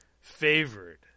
favored